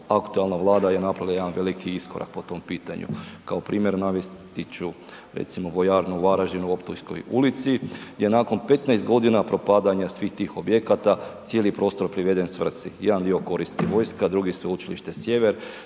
aktualna Vlada je napravila jedan veliki iskorak po tom pitanju. Kao primjer navesti ću recimo vojarnu u Varaždinu u Optujskoj ulici, gdje je nakon 15.g. propadanja svih tih objekata cijeli prostor priveden svrsi, jedan dio koristi vojska, drugi Sveučilište Sjever,